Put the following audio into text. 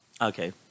okay